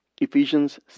Ephesians